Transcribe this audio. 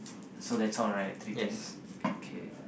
so that's all right three things okay